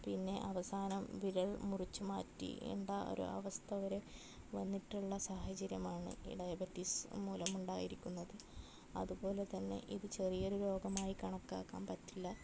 പിന്നെ അവസാനം വിരൽ മുറിച്ച് മാറ്റി എന്താ ഒരു അവസ്ഥ വരെ വന്നിട്ടുള്ള സാഹചര്യമാണ് ഈ ഡയബറ്റിസ് മൂലമുണ്ടായിരിക്കുന്നത് അതുപോലെതന്നെ ഇത് ചെറിയൊരു രോഗമായി കണക്കാക്കാൻ പറ്റില്ല